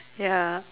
ya